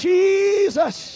Jesus